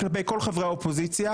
כלפי כל חברי האופוזיציה.